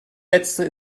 letzte